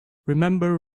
remember